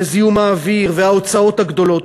זיהום האוויר וההוצאות הגדולות.